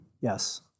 Yes